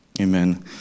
Amen